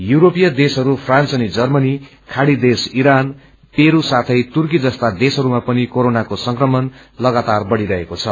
यूरोपीय देशहरू फ्रान्स अनि जर्मनी खाङ्गी देश इरान पेरू साथै तुर्की जस्ता देशहरूमा पनि कोरोनाको संक्रमण लगातार बढ़िरहेको छ